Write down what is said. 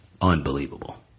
unbelievable